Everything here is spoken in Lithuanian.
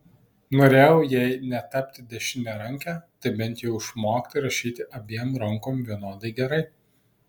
norėjau jei ne tapti dešiniaranke tai bent jau išmokti rašyti abiem rankom vienodai gerai